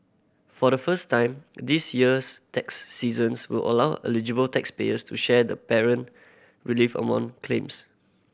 for the first time this year's tax seasons will allow eligible taxpayers to share the parent relief among claims